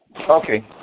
Okay